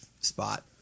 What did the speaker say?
spot